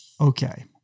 Okay